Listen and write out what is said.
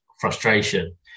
frustration